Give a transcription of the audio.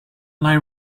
lie